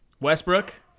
Westbrook